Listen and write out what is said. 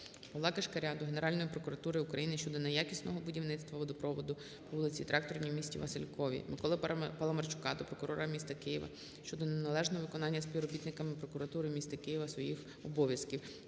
Павла Кишкаря до Генеральної прокуратури України щодо неякісного будівництва водопроводу по вулиці Тракторній в місті Василькові. Миколи Паламарчука до прокурора міста Києва щодо неналежного виконання співробітниками Прокуратури міста Києва своїх обов'язків.